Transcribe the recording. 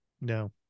No